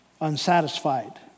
unsatisfied